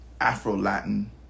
Afro-Latin